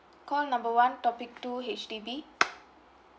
call number one topic two H_D_B